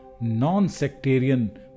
non-sectarian